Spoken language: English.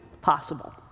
possible